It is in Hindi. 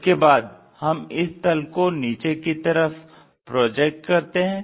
इसके बाद हम इस तल को नीचे की तरफ प्रोजेक्ट करते हैं